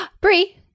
Brie